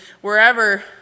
wherever